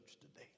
today